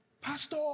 pastor